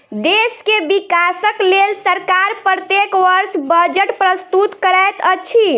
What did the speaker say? देश के विकासक लेल सरकार प्रत्येक वर्ष बजट प्रस्तुत करैत अछि